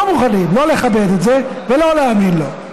מוכנים לא לכבד את זה ולא להאמין לו,